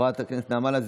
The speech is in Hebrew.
חברת הכנסת מטי